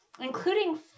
including